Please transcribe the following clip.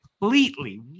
completely